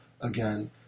again